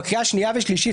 בקריאה השנייה והשלישית,